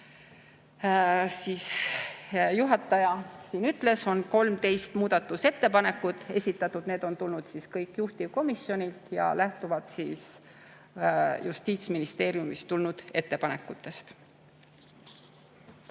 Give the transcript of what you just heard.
juhataja ütles, on 13 muudatusettepanekut esitatud. Need on tulnud kõik juhtivkomisjonilt ja lähtuvalt Justiitsministeeriumist tulnud ettepanekutest.